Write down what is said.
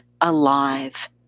alive